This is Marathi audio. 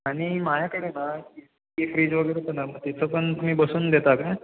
आणि माझ्याकडे ना ए सी फ्रीज वगैरे पण आहे तिथं पण तुम्ही बसवून देता का